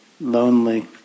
Lonely